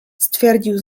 stwierdził